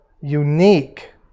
unique